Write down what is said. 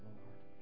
Lord